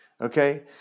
okay